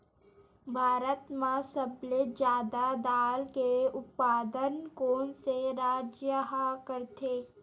भारत मा सबले जादा दाल के उत्पादन कोन से राज्य हा करथे?